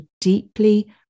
deeply